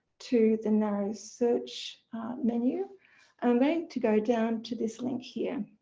to the narrow search menu and i'm going to go down to this link here,